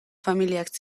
familiak